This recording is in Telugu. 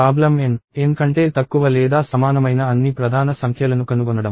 ప్రాబ్లమ్ N N కంటే తక్కువ లేదా సమానమైన అన్ని ప్రధాన సంఖ్యలను కనుగొనడం